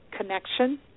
connection